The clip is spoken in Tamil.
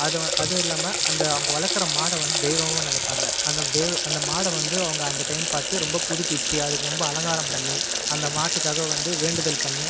அதுவும் இல்லாமல் அந்த அவங்க வளர்க்குற மாடை வந்து தெய்வமாக நினைப்பாங்க அந்த தெய்வ அந்த மாடை வந்து அந்த டைம் பார்த்து ரொம்ப புதுப்பிச்சு அது ரொம்ப அலங்காரம் பண்ணி அந்த மாட்டுக்காக வந்து வேண்டுதல் பண்ணி